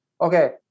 Okay